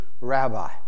rabbi